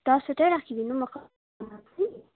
दसवटा राखिदिनु मखमली